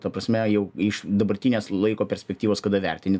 ta prasme jau iš dabartinės laiko perspektyvos kada vertini